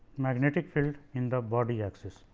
magnetic field in the body axis